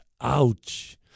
Ouch